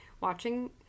watching